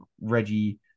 Reggie